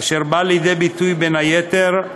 אשר בא לידי ביטוי, בין היתר,